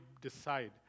decide